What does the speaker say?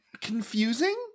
confusing